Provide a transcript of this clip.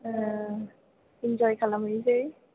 इन्जय खालामहैनोसै